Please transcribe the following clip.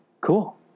Cool